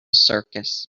circus